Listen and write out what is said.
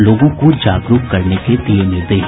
लोगों को जागरूक करने के दिये निर्देश